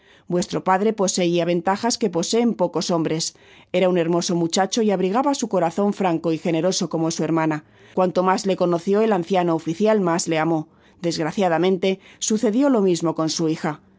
vuestro padre poseia ventajas que poseen pocos hombres era un hermoso muchacho y abrigaba su corazon franco y generoso como su hermana cuanto mas le conoció el anciano oficial mas le amó desgraciadamente sucedió lo mismo con su hija